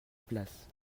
place